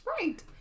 Right